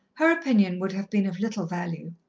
her opinion would have been of little value.